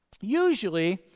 usually